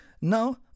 Now